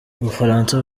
bufaransa